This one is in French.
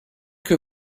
que